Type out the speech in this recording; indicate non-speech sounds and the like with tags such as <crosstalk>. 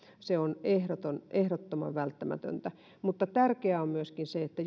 se on ehdottoman välttämätöntä tärkeää on myöskin se että <unintelligible>